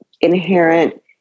inherent